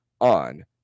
on